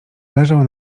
leżał